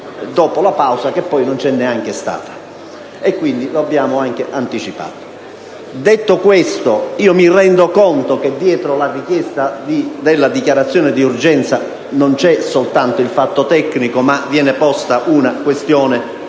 dopo la pausa estiva, che poi non c'è neanche stata, e quindi lo abbiamo anche anticipato. Detto questo, mi rendo conto che, dietro la richiesta della dichiarazione d'urgenza, non vi è solo un fatto tecnico ma viene posta anche una questione